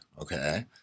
okay